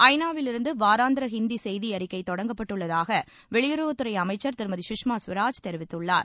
ஐநாவிலிருந்து வாராந்திர ஹிந்தி செய்தி அறிக்கை தொடங்கப்பட்டுள்ளதாக வெளியுறவுத்துறை அமைச்சா் திருமதி சுஷ்மா சுவராஜ் தெரிவித்துள்ளார்